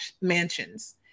mansions